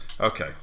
Okay